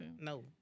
No